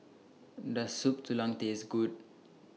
Does Soup Tulang Taste Good